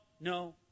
no